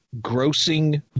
grossing